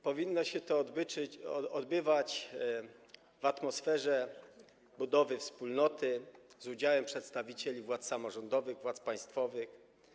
Powinno się to odbywać w atmosferze budowy wspólnoty, z udziałem przedstawicieli władz samorządowych, władz państwowych.